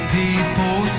people